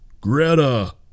Greta